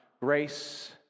Grace